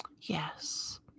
Yes